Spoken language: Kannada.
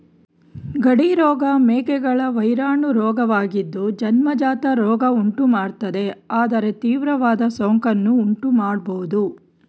ಗಡಿ ರೋಗ ಮೇಕೆಗಳ ವೈರಾಣು ರೋಗವಾಗಿದ್ದು ಜನ್ಮಜಾತ ರೋಗ ಉಂಟುಮಾಡ್ತದೆ ಆದರೆ ತೀವ್ರವಾದ ಸೋಂಕನ್ನು ಉಂಟುಮಾಡ್ಬೋದು